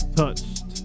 touched